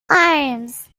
arms